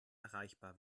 erreichbar